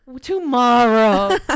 Tomorrow